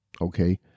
okay